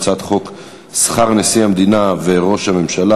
הצעת חוק שכר נשיא המדינה וראש הממשלה,